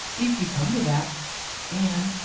if you come to that and,